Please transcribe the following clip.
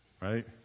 right